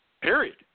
Period